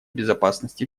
безопасности